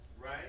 right